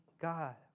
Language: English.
God